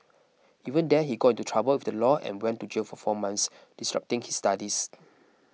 even there he got into trouble with the law and went to jail for four months disrupting his studies